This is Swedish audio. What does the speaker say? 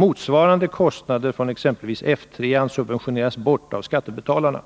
Motsvarande kostnader från exempelvis F 3 subventioneras bort av skattebetalarna.